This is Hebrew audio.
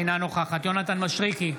אינה נוכחת יונתן מישרקי,